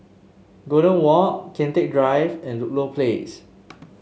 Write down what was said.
Golden Walk Kian Teck Drive and Ludlow Place